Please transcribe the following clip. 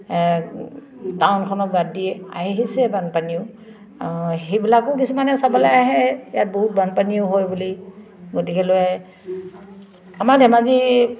টাউনখনক বাদ দি আহিছে বানপানীও সেইবিলাকো কিছুমানে চাবলৈ আহে ইয়াত বহুত বানপানীও হয় বুলি গতিকেলৈ আমাৰ ধেমাজি